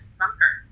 bunker